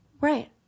Right